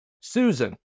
Susan